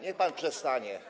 Niech pan przestanie.